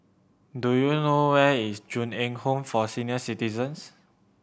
do you know where is Ju Eng Home for Senior Citizens